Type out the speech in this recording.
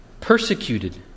persecuted